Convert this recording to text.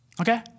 Okay